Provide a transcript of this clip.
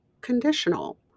conditional